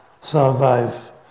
survive